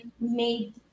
made